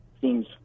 seems